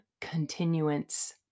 continuance